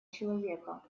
человека